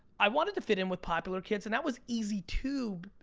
i wanted to fit in with popular kids, and that was easy too,